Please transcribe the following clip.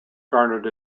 garnered